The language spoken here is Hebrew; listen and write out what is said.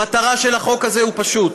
המטרה של החוק הזה היא פשוטה: